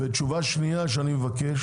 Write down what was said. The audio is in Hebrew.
תשובה שנייה שאני מבקש